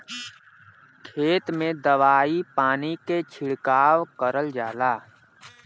खेत में दवाई पानी के छिड़काव करल जाला